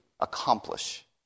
Accomplish